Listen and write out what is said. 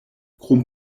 krom